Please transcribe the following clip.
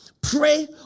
Pray